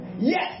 Yes